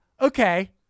okay